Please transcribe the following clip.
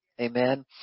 amen